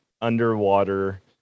underwater